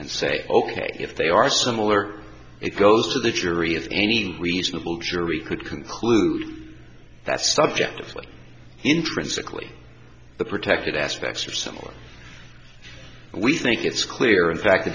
and say ok if they are similar it goes to the jury if any reasonable jury could conclude that subjectively intrinsically the protected aspects are similar we think it's clear in fact the